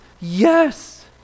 yes